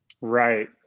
right